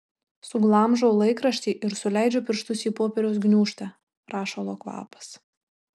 suglamžau laikraštį ir suleidžiu pirštus į popieriaus gniūžtę rašalo kvapas